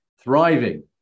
thriving